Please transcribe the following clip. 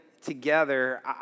together